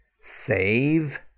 Save